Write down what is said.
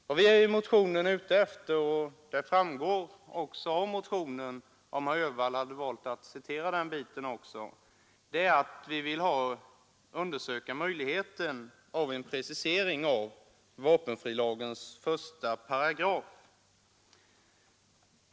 Vad vi är ute efter — det framgår av motionen, men herr Öhvall valde att inte citera den biten — är att undersöka möjligheten till en precisering av vapenfrilagens 1 §.